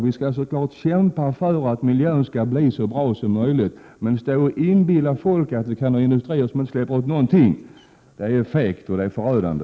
Vi skall kämpa för att miljön skall bli så bra som möjligt, men att inbilla folk att vi kan ha industrier som inte släpper ut någonting är fegt, och det är förödande.